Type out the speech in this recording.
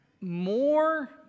More